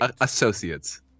Associates